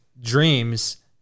dreams